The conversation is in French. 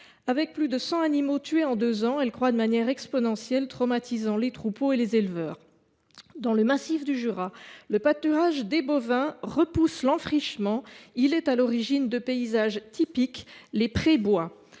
Plus de cent animaux ont été tués en deux ans. La prédation croît de manière exponentielle, traumatisant les troupeaux et les éleveurs. Dans le massif du Jura, le pâturage des bovins repousse l’enfrichement. Il est à l’origine de paysages typiques : les pré bois.